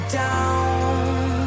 down